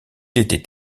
était